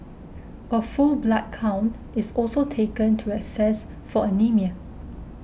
a full blood count is also taken to assess for anaemia